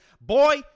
Boy